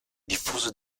diffuso